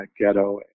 ghetto